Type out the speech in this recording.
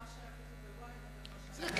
תצטט את מה שהיה ב-Ynet על מה שהיה בחוץ וביטחון.